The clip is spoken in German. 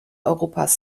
europas